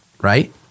right